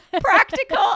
practical